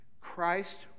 Christ